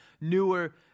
newer